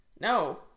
No